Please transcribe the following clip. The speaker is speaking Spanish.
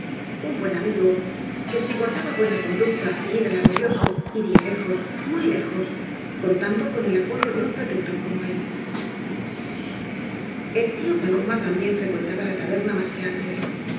un buen amigo que si guardaba buena conducta y era laborioso iría lejos muy lejos contando con el apoyo de un protector como él el tío paloma también frecuentaba la taberna más que antes